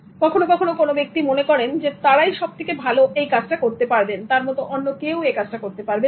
কখনো কখনো কোনো ব্যক্তি মনে করেন তারাই সব থেকে ভালো এই কাজটা করতে পারবেন তার মতো অন্য কেউ এ কাজটা করতে পারবে না